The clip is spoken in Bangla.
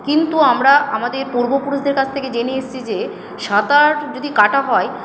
কিন্তু আমরা আমাদের পূর্বপুরুষদের কাছ থেকে জেনে এসছি যে সাঁতার যদি কাটা হয়